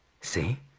See